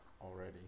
already